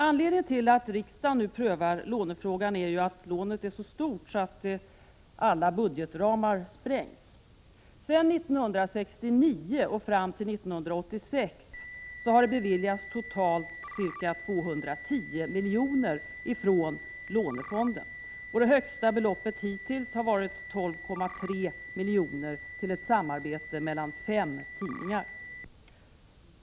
Anledningen till att riksdagen nu prövar lånefrågan är att lånet är så stort att alla budgetramar sprängs. Från 1969 och fram till 1986 har det beviljats totalt ca 210 milj.kr. från lånefonden. Det högsta beloppet hittills har varit 12,3 milj.kr. till ett samarbete mellan fem tidningar.